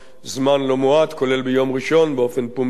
כולל ביום ראשון באופן פומבי בכינוס